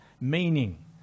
meaning